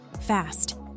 fast